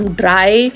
dry